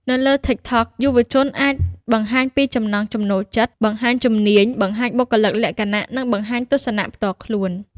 នៅលើ TikTok យុវជនអាច បង្ហាញពីចំណង់ចំណូលចិត្ត បង្ហាញជំនាញ បង្ហាញបុគ្គលិកលក្ខណៈ និងបង្ហាញទស្សនៈផ្ទាល់ខ្លួន។